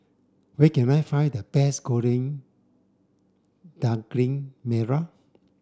where can I find the best goreng daging merah